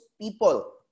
people